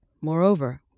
Moreover